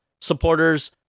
supporters